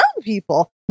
people